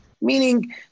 meaning